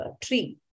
tree